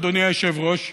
אדוני היושב-ראש,